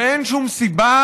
ואין שום סיבה